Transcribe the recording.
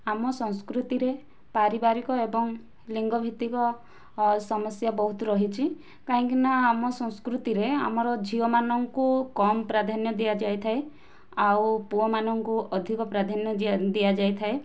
ଆମ ସଂସ୍କୃତିରେ ପାରିବାରିକ ଏବଂ ଲିଙ୍ଗ ଭିତ୍ତିକ ସମସ୍ୟା ବହୁତ ରହିଛି କାହିଁକି ନା ଆମ ସଂସ୍କୃତିରେ ଆମର ଝିଅ ମାନଙ୍କୁ କମ ପ୍ରାଧାନ୍ୟ ଦିଆ ଯାଇଥାଏ ଆଉ ପୁଅ ମାନଙ୍କୁ ଅଧିକ ପ୍ରାଧାନ୍ୟ ଦିଆ ଯାଇଥାଏ